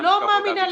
בכלל.